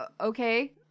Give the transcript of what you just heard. Okay